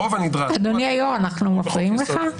אדוני היו"ר, אנחנו מפריעים לך?